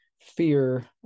fear